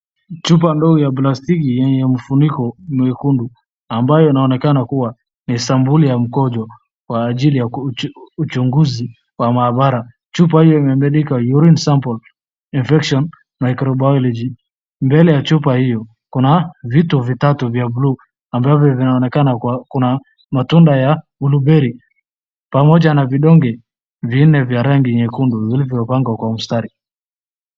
Chupa ndogo ya plastiki yenye mfuniko mwekundu ambayo inaonekana kuwa ni sampuli ya mkojo kwa ajili ya uchunguzi wa maabara. Chupa hiyo imeandikwa urine sample infection microbiology . Mbele ya chupa hiyo kuna vitu vitatu vya blue ambavyo vinaonekana kuna matunda ya blueberry pamoja na vidonge vinne vya rangi nyekundu vilivyopangwa kwa mstari.